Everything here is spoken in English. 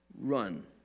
Run